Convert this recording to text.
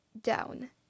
Down